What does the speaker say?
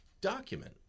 document